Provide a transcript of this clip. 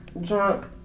drunk